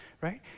right